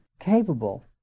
capable